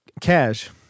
cash